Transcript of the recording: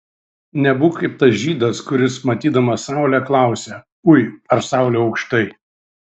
nebūk kaip tas žydas kuris matydamas saulę klausia ui ar saulė aukštai